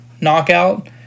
knockout